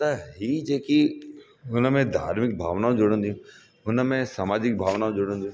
त ई जेकी हुन में धार्मिक भावनाऊं जुड़ंदियूं हुन में समाजिक भावनाऊं जुड़ंदियूं